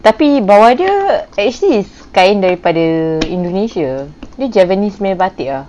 tapi bawah dia actually is kain daripada indonesia dia javanese punya batik ah